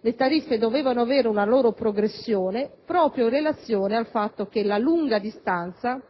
le tariffe dovevano avere una loro progressione, proprio in relazione al fatto che per la lunga distanza